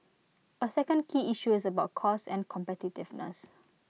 A second key issue is about costs and competitiveness